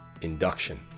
induction